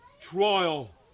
trial